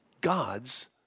gods